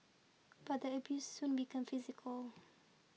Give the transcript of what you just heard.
but the abuse soon became physical